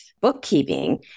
bookkeeping